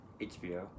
HBO